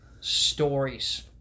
Stories